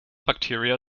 bacteria